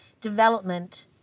development